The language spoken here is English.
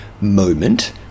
moment